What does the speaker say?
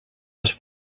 les